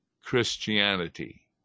christianity